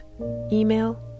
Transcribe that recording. email